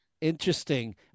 Interesting